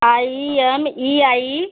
I M I I